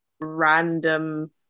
random